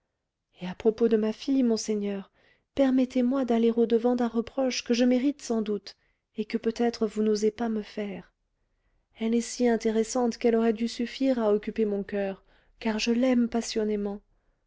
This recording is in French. et à propos de ma fille monseigneur permettez-moi d'aller au-devant d'un reproche que je mérite sans doute et que peut-être vous n'osez pas me faire elle est si intéressante qu'elle aurait dû suffire à occuper mon coeur car je l'aime passionnément